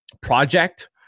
project